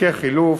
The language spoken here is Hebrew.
חלקי חילוף,